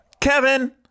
Kevin